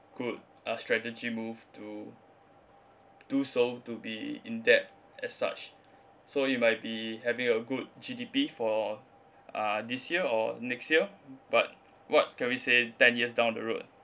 good a strategy move to do so to be in debt as such so it might be having a good G_D_P for uh this year or next year but what can we say ten years down the road